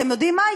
אתם יודעים מה?